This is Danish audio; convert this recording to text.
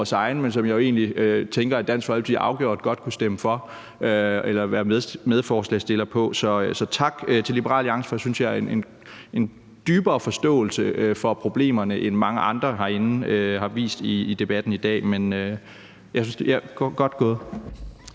men jeg tænker egentlig, at Dansk Folkeparti afgjort godt kunne stemme for den eller være medforslagsstiller på den. Så tak til Liberal Alliance for en, synes jeg, dybere forståelse for problemerne, end mange andre herinde har vist i debatten i dag. Godt gået.